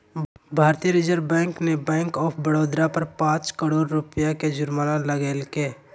भारतीय reserve bank ने bank of Baroda पर पांच करोड़ रुपया के जुर्माना लगैलके